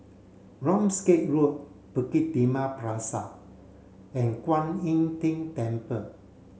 Ramsgate Road Bukit Timah Plaza and Kuan Im Tng Temple